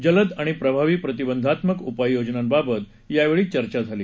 जलद आणि प्रभावी प्रतिबंधात्मक उपाययोजनांबाबत यावेळी चर्चा झाली